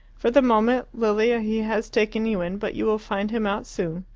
for the moment, lilia, he has taken you in, but you will find him out soon.